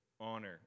honor